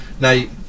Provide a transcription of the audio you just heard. Now